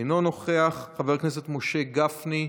אינו נוכח, חבר הכנסת משה גפני,